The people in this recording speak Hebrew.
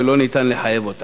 ולא ניתן לחייב אותם.